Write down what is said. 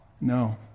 No